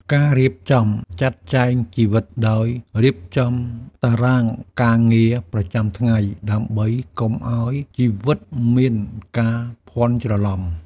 ការរៀបចំចាត់ចែងជីវិតដោយរៀបចំតារាងការងារប្រចាំថ្ងៃ ដើម្បីកុំឱ្យជីវិតមានការភាន់ច្រឡំ។